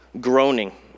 Groaning